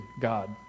God